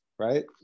Right